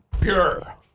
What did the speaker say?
pure